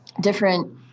different